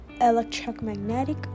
electromagnetic